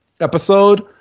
episode